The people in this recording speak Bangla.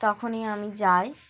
তখনই আমি যাই